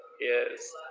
Yes